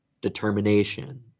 determination